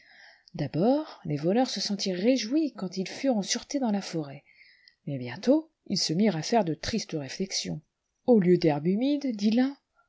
d'abord les voleurs se sentirent réjouis quand ils furent en sûreté dans la forêt mais bientôt ils se mirent à faire de tristes réflexions au lieu d'herbe humide dit